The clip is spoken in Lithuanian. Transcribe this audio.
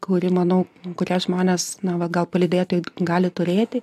kuri manau kurią žmonės na va gal palydėtojai gali turėti